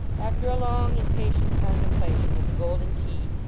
after a long and patient contemplation of the golden key,